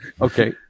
okay